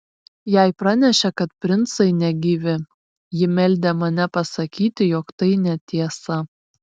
jai pranešė kad princai negyvi ji meldė mane pasakyti jog tai netiesa